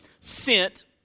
sent